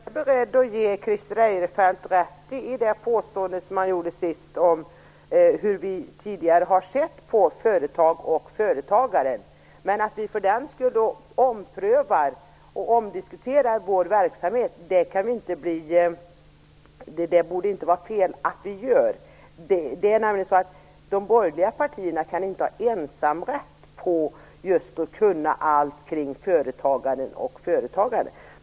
Fru talman! Jag är beredd att ge Christer Eirefelt rätt i det påstående som han gjorde sist om hur vi tidigare har sett på företag och företagare. Det borde för den skull inte vara fel att vi omprövar och diskuterar vår verksamhet. De borgerliga partierna kan inte ha ensamrätt på kunskapen kring företagen och företagaren.